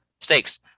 stakes